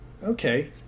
Okay